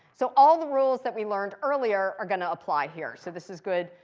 so all the rules that we learned earlier are going to apply here. so this is good,